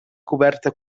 coberta